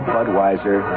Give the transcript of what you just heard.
Budweiser